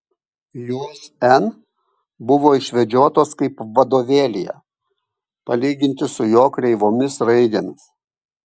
jos n buvo išvedžiotos kaip vadovėlyje palyginti su jo kreivomis raidėmis